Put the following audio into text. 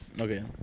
Okay